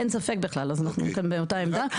אין ספק בכלל, אז אנחנו באותה עמדה.